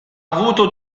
avuto